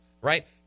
right